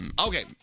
Okay